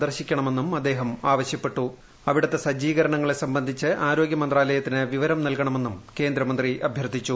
സന്ദർശിക്കണമെന്നും അദ്ദേഹം അവിടത്തെ സജ്ജീകരണങ്ങളെ സംബന്ധിച്ച് ആരോഗ്യമന്ത്രാലയത്തിന് വിവരം നല്കണമെന്നും കേന്ദ്രമന്ത്രി അഭ്യർത്ഥിച്ചു